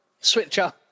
Switcher